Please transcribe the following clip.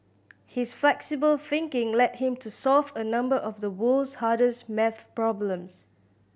his flexible thinking led him to solve a number of the world's hardest maths problems